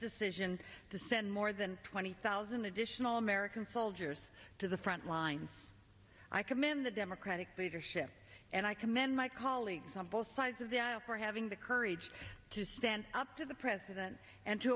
decision to send more than twenty thousand additional american soldiers to the front lines i commend the democratic leadership and i commend my colleagues on both sides of the aisle for having the courage to stand up to the president and t